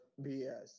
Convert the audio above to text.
BS